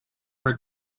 her